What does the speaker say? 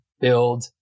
build